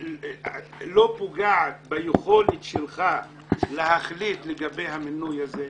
לא פוגעת ביכולת שלך להחליט לגבי המינוי הזה?